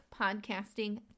podcasting